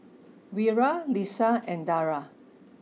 Wira Lisa and Dara